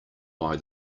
why